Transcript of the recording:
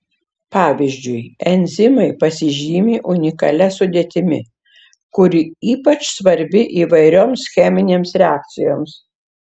pavyzdžiui enzimai pasižymi unikalia sudėtimi kuri ypač svarbi įvairioms cheminėms reakcijoms